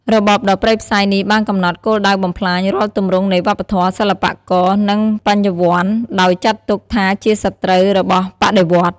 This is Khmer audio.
របបដ៏ព្រៃផ្សៃនេះបានកំណត់គោលដៅបំផ្លាញរាល់ទម្រង់នៃវប្បធម៌ សិល្បៈករ និងបញ្ញវន្ត ដោយចាត់ទុកថាជាសត្រូវរបស់បដិវត្តន៍។